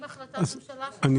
מקדמים החלטת ממשלה על תוספת.